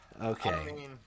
Okay